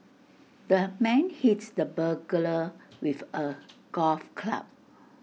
the man hit the burglar with A golf club